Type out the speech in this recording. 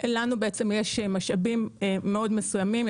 לנו יש משאבים מאוד מסוימים.